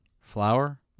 flour